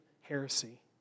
heresy